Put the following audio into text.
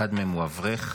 אחד מהם הוא אברך,